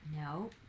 No